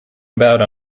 about